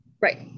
Right